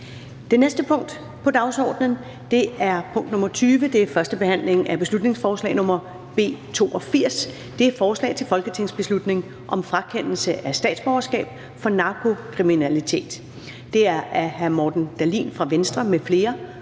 Det næste punkt på dagsordenen er: 20) 1. behandling af beslutningsforslag nr. B 82: Forslag til folketingsbeslutning om frakendelse af statsborgerskab for narkokriminalitet. Af Morten Dahlin (V) m.fl.